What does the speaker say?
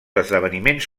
esdeveniments